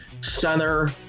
center